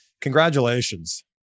Congratulations